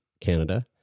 Canada